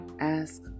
ask